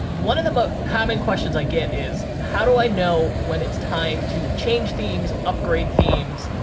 one of the common questions i get is, how do i know when it's time to change themes, upgrade themes?